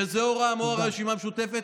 שזה או רע"מ או הרשימה המשותפת,